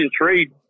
intrigued